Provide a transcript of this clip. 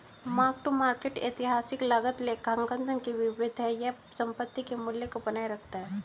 mark to market ऐतिहासिक लागत लेखांकन के विपरीत है यह संपत्ति के मूल्य को बनाए रखता है